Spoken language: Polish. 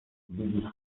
widzi